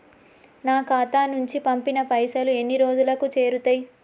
నా ఖాతా నుంచి పంపిన పైసలు ఎన్ని రోజులకు చేరుతయ్?